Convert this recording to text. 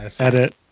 Edit